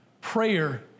prayer